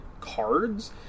cards